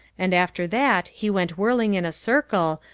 and after that he went whirling in a circle,